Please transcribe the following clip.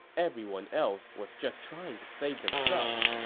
everyone else was just trying to save themselves.